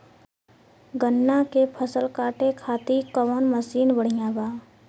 गन्ना के फसल कांटे खाती कवन मसीन बढ़ियां बा?